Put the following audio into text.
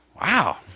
Wow